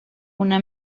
una